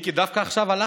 מיקי, דווקא עכשיו הלכת?